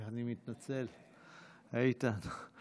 אני מתנצל, איתן.